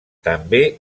també